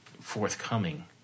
forthcoming